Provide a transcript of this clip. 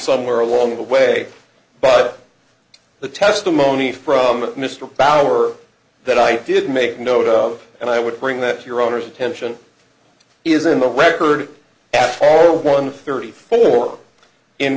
somewhere along the way but the testimony from mr bauer that i did make note of and i would bring that to your honor's attention is in the record at four one thirty four in